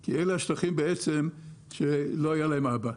כי אלה השטחים שלא היה להם אבא.